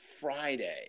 Friday